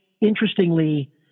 interestingly